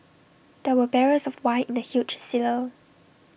there were barrels of wine in the huge cellar